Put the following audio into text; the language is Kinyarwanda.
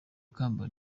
ikamba